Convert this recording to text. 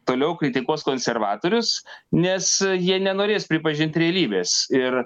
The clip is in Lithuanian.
toliau kritikuos konservatorius nes jie nenorės pripažint realybės ir